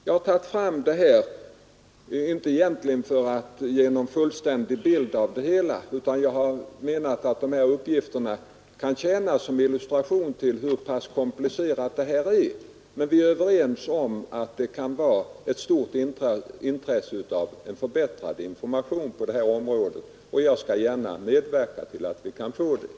Jag har tagit fram detta inte för att ge någon fullständig bild, utan för att jag har menat att dessa uppgifter kan tjäna som illustration till hur pass komplicerat detta är. Vi är dock överens om att det kan vara av stort intresse att ha en förbättrad information på detta område, och jag skall gärna medverka till att vi kan få den,